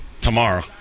Tomorrow